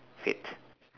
fad